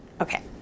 Okay